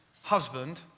husband